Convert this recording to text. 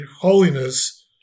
holiness